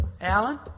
Alan